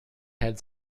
had